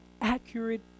accurate